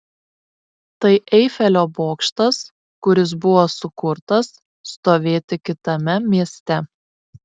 tai eifelio bokštas kuris buvo sukurtas stovėti kitame mieste